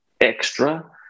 extra